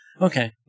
Okay